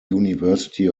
university